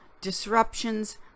disruptions